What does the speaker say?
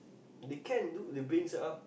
they can do they brings uh